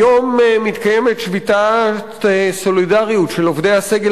היום מתקיימת שביתת סולידריות של עובדי הסגל